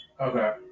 Okay